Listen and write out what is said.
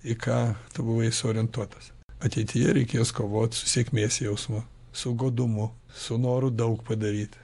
į ką tu buvai suorientuotas ateityje reikės kovot su sėkmės jausmu su godumu su noru daug padaryti